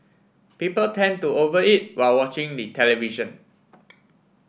people tend to over eat while watching the television